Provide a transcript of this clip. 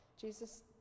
Jesus